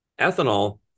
Ethanol